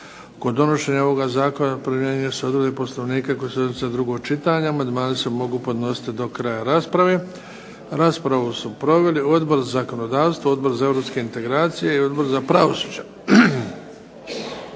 Kod donošenja ovoga Zakona primjenjuju se odredbe Poslovnika koje se odnose na drugo čitanje. Amandmani se mogu podnositi do kraja rasprave. Raspravu su proveli Odbor za zakonodavstvo, Odbor za europske integracije i Odbor za pravosuđe.